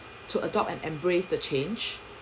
to adopt and embrace the change